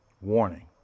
Warning